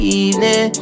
evening